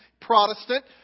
Protestant